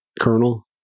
colonel